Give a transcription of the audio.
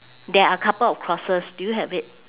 there are couple of crosses do you have it